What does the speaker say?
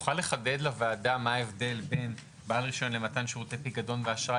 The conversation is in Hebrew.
תוכל לחדד לוועדה מהו ההבדל בין בעל רישיון למתן שירותי פיקדון ואשראי,